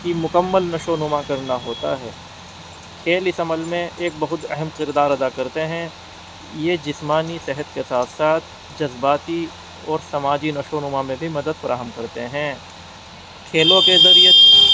کی مکمل نشو و نما کرنا ہوتا ہے کھیل اس عمل میں ایک بہت اہم کردار ادا کرتے ہیں یہ جسمانی صحت کے ساتھ ساتھ جذباتی اور سماجی نشو و نما میں بھی مدد فراہم کرتے ہیں کھیلوں کے ذریعے